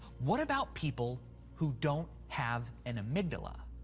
what about people who don't have an amygdala?